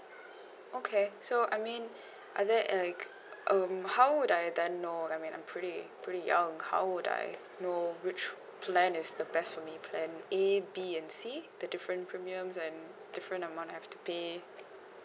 okay so I mean are that like um how would I have then know I mean I'm pretty pretty um how would I know which plan is the best for me plan A B and C the different premiums and different amount I have to pay